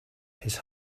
his